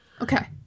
Okay